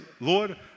Lord